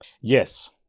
Yes